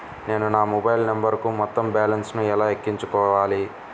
నేను నా మొబైల్ నంబరుకు మొత్తం బాలన్స్ ను ఎలా ఎక్కించుకోవాలి?